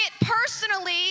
personally